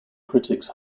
critics